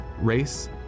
race